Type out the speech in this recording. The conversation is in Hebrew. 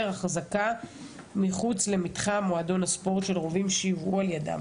החזקה מחוץ למתחם מועדון הספורט של רובים שיובאו על ידם,